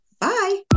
Bye